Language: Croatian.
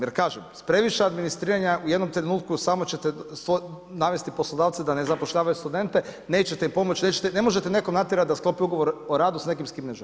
Jer kažem, previše administriranja, u jednom trenutku samo ćete navesti poslodavca da ne zapošljavaju studente, nećete im pomoć, ne možete nekog natjerat da sklopi ugovor o radu s nekim s kim ne želi.